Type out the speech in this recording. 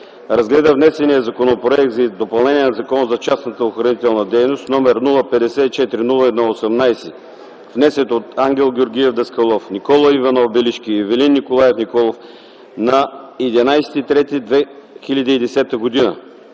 разгледа внесения Законопроект за допълнение на Закона за частната охранителна дейност, № 054-01-18, внесен от Ангел Георгиев Даскалов, Никола Иванов Белишки и Ивелин Николаев Николов на 11.03.2010 г.